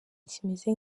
kimeze